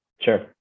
Sure